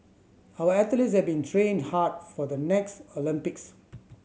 our athletes have been train hard for the next Olympics